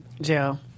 Joe